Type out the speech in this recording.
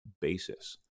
basis